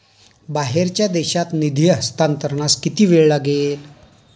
बाहेरच्या देशात निधी हस्तांतरणास किती वेळ लागेल?